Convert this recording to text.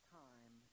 time